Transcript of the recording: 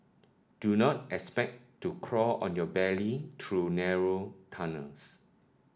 do not expect to crawl on your belly through narrow tunnels